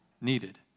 needed